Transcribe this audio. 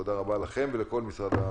תודה רבה לכם ולכל משרד הבריאות.